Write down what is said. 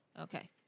Okay